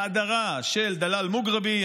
האדרה של דלאל מוגרבי,